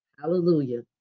Hallelujah